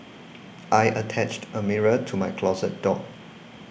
I attached a mirror to my closet door